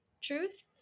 truth